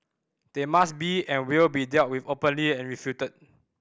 they must be and will be dealt with openly and refuted